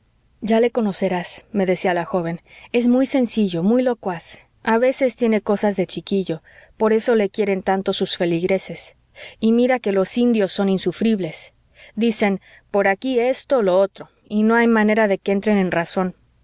ya le conocerás me decía la joven es muy sencillo muy locuaz a veces tiene cosas de chiquillo por eso le quieren tanto sus feligreses y mira que los indios son insufribles dicen por aquí esto lo otro y no hay manera de que entren en razón